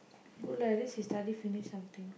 good lah at least he finish study something